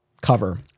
cover